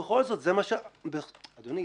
אדוני,